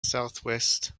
southwest